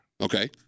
Okay